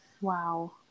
Wow